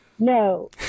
no